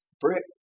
brick